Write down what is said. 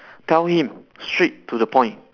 tell him straight to the point